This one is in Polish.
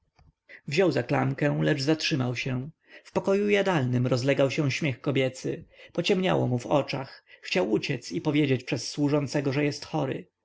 wziął za klamkę lecz zatrzymał się w pokoju jadalnym rozlegał się śmiech kobiecy pociemniało mu w oczach chciał uciec i powiedzieć przez służącego że jest chory